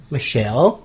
Michelle